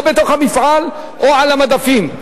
או בתוך המפעל או על המדפים,